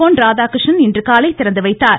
பொன் ராதாகிருஷ்ணன் இன்றுகாலை திறந்துவைத்தார்